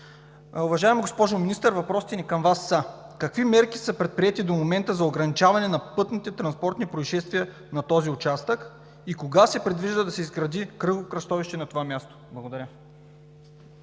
Уважаема госпожо Министър, въпросите ни към Вас са: какви мерки са предприети до момента за ограничаване на пътнотранспортните произшествия на този участък и кога се предвижда да се изгради кръстовище на това място? Благодаря.